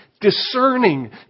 discerning